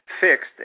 fixed